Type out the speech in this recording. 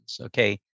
okay